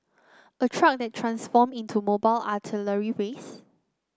a truck that transform into mobile artillery base